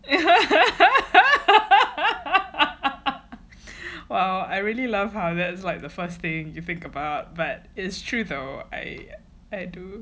I really love how that is like the first thing you think about but it is true though I I do